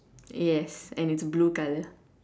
yes and it's blue colour